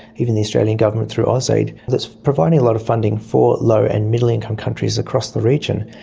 even the australian government through ausaid that's providing a lot of funding for low and middle income countries across the region.